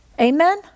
Amen